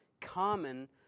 common